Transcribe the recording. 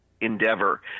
endeavor